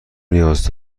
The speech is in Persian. نیاز